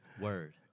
Word